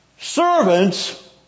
servants